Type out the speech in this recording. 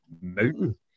mountain